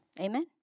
amen